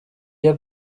iyo